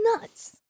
nuts